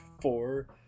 four